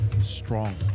strong